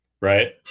right